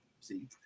see